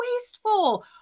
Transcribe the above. wasteful